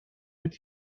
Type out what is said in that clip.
mit